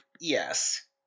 Yes